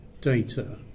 data